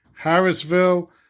Harrisville